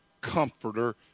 comforter